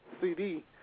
CD